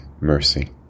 mercy